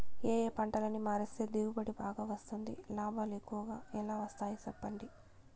ఏ ఏ పంటలని మారిస్తే దిగుబడి బాగా వస్తుంది, లాభాలు ఎక్కువగా ఎలా వస్తాయి సెప్పండి